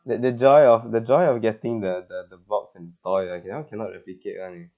the the joy of the joy of getting the the the box and toy ah that one cannot replicate [one] eh